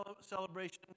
celebration